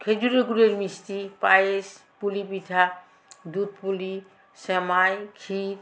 খেজুরের গুড়ের মিষ্টি পায়েস পুলি পিঠা দুধপুলি স্যামাই ক্ষীর